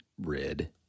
red